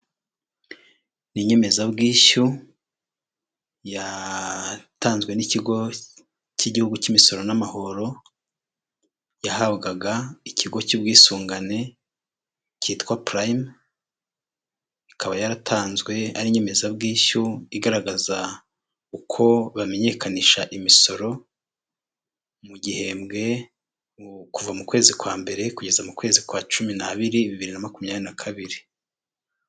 Ni inyemezabwishyu yatanzwe n'ikigo cy'igihugu cy'imisoro n'amahoro, yahabwaga ikigo cy'ubwisungane cyitwa purayime, ikaba yaratanzwe ari inyemezabwishyu igaragaza uko bamenyekanisha imisoro mu gihembwe, kuva mu kwezi kwa mbere kugeza mu kwezi kwa cumi n'abiri bibiri na makumyabiri na kabiri.